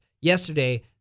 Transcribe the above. yesterday